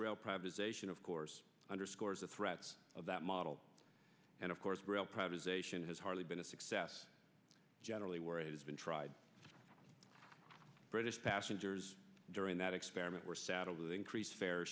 rail privatization of course underscores the threat of that model and of course real privatisation has hardly been a success generally where it has been tried british passengers during that experiment were saddled with increase fares